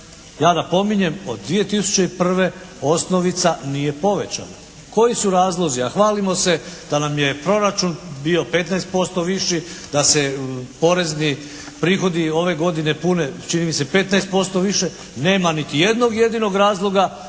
Ja napominjem od 2001. osnovica nije povećana. Koji su razlozi a hvalimo se da nam je proračun bio 15% viši, da se porezni prihodi ove godine pune čini mi se 15% više, nema niti jednog jedinog razloga